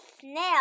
snail